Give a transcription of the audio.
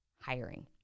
hiring